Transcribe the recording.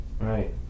Right